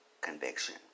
conviction